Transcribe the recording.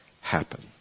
happen